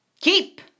Keep